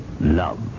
Love